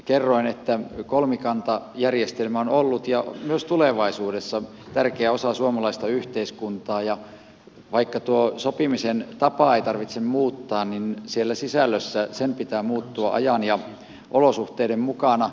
kerroin että kolmikantajärjestelmä on ollut ja on myös tulevaisuudessa tärkeä osa suomalaista yhteiskuntaa ja vaikka tuota sopimisen tapaa ei tarvitse muuttaa niin sen sisällön pitää muuttua ajan ja olosuhteiden mukana